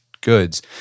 goods